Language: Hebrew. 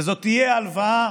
וזאת תהיה הלוואה